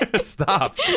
stop